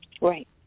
Right